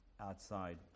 outside